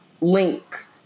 link